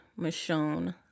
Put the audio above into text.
michonne